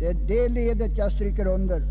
Jag vill framhålla betydelsen av detta led.